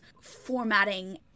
formatting